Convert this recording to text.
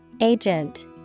agent